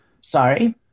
sorry